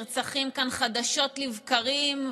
משרד, זה משרדון קטנטנצ'יק,